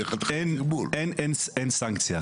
חתיכת --- אין סנקציה.